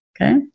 Okay